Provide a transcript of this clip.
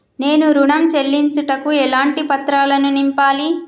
నేను ఋణం చెల్లించుటకు ఎలాంటి పత్రాలను నింపాలి?